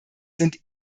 sind